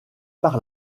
par